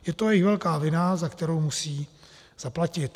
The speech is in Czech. Je to jejich velká vina, za kterou musí zaplatit.